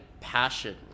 passion